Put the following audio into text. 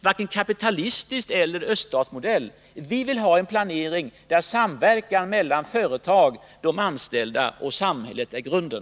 Vi vill ha en planering där samverkan mellan företag, anställda och samhället är grunden.